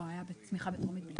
היה בתמיכה בטרומית.